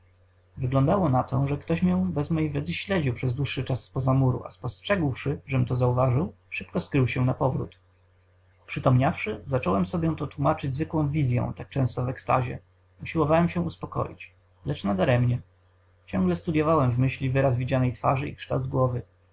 wyglądało na to że ktoś mnie bez mej wiedzy śledził przez dłuższy czas z poza muru a spostrzegłszy żem to zauważył szybko skrył się napowrót oprzytomniawszy zacząłem sobie to tłómaczyć zwykłą wizyą tak częstą w ekstazie usiłowałem się uspokoić lecz nadaremnie ciągle studyowałem w myśli wyraz widzianej twarzy i kształt głowy